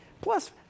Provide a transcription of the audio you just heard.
Plus